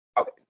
okay